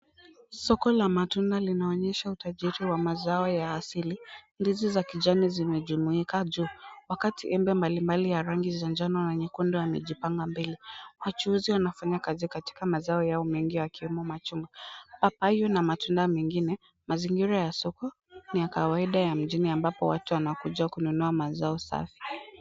Soko la matunda linaonyesha utajiri wa mazao ya asili. Ndizi za kijani zimejumuika juu wakati maembe mbalimbali za rangi ya njano na nyekundu yamejipanga mbele. Wachuuzi wanafanya kazi katika mazao yao mengi yakiwemo machungwa ,papai na matunda mengine . Mazingira ya soko ni ya kawaida ya mjini ambapo watu wanakuja mazao safi.